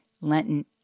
Lenten